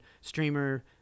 streamer